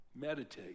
Meditate